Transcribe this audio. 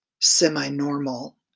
semi-normal